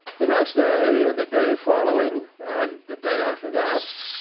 the next day, and the day following, and the day after that,